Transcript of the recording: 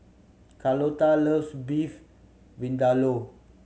Carlota loves Beef Vindaloo